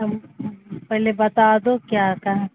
ہم پہلے بتا دو کیا ہے